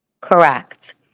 Correct